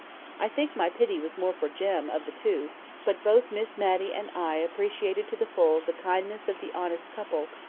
i think my pity was more for jem, of the two but both miss matty and i appreciated to the full the kindness of the honest couple,